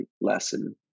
lesson